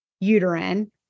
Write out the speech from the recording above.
uterine